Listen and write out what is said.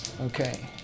Okay